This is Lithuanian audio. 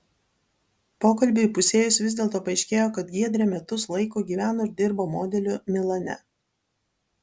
pokalbiui įpusėjus vis dėlto paaiškėjo kad giedrė metus laiko gyveno ir dirbo modeliu milane